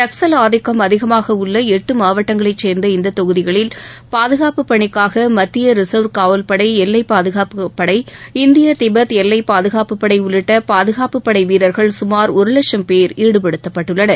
நக்சல் அதிக்கம் அதிகமாக உள்ள எட்டு மாவட்டங்களைச் சேர்ந்த இந்த தொகுதிகளில் பாதுகாப்பு பணிக்காக மத்திய ரிசர்வ் காவல்படை எல்லை பாதுகாப்புப்படை இந்திய திபெத் எல்லைப்பாதுகாப்புப் படை உள்ளிட்ட பாதுகாப்பு படைவீரர்கள் சுமார் ஒரு லட்சும் பேர் ஈடுபடுத்தப்பட்டுள்ளனர்